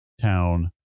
town